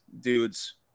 dudes